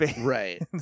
right